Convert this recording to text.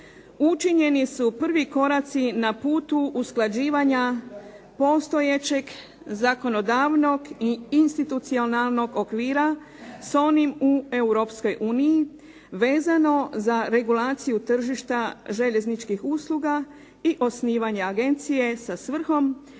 učinjeni su prvi koraci na putu usklađivanja postojećeg zakonodavnog i institucionalnog okvira s onim u Europskoj uniji vezano za regulaciju tržišta željezničkih usluga i osnivanje agencije sa svrhom